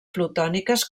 plutòniques